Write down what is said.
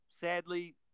Sadly